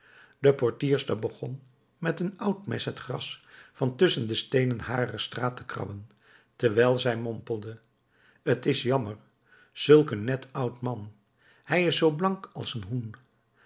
de portierster begon met een oud mes het gras van tusschen de steenen harer straat te krabben terwijl zij mompelde t is jammer zulk een net oud man hij is zoo blank als een hoen